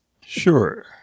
Sure